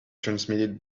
transmitted